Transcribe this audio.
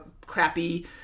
crappy